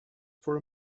for